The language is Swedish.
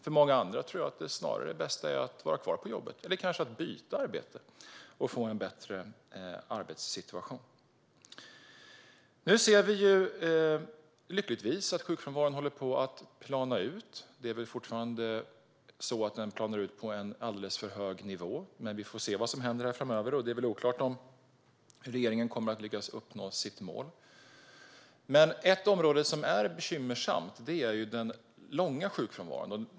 För många andra tror jag att det bästa snarare är att vara kvar på jobbet eller att kanske byta arbete och få en bättre arbetssituation. Nu ser vi lyckligtvis att sjukfrånvaron håller på att plana ut. Den planar ut på en alldeles för hög nivå. Men vi får se vad som händer framöver. Det är oklart om regeringen kommer att lyckas uppnå sitt mål. Ett område som är bekymmersamt är den långa sjukfrånvaron.